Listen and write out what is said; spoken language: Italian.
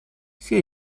sia